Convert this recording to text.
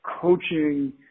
coaching